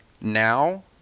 now